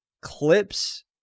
Clips